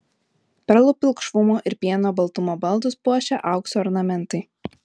perlų pilkšvumo ir pieno baltumo baldus puošia aukso ornamentai